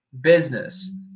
business